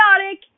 Chaotic